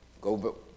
Go